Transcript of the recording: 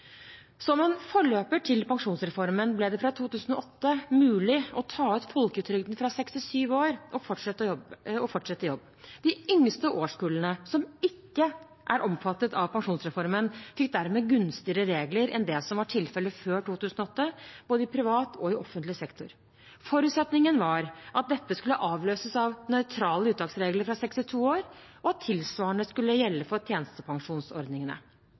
Som en forløper til pensjonsreformen ble det fra 2008 mulig å ta ut folketrygden fra 67 år og fortsette i jobb. De yngste årskullene som ikke er omfattet av pensjonsreformen, fikk dermed gunstigere regler enn det som var tilfellet før 2008, både i privat og i offentlig sektor. Forutsetningen var at dette skulle avløses av nøytrale uttaksregler fra 62 år, og at tilsvarende skulle gjelde for tjenestepensjonsordningene.